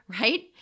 Right